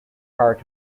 part